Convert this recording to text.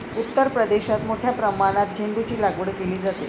उत्तर प्रदेशात मोठ्या प्रमाणात झेंडूचीलागवड केली जाते